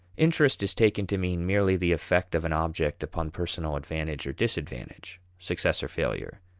interest is taken to mean merely the effect of an object upon personal advantage or disadvantage, success or failure.